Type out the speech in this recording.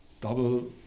double